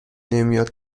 نمیاد